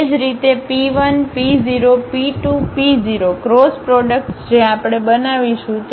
એ જ રીતે P 1 P 0 P 2 P 0 cross products જે આપણે બનાવીશું